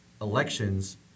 elections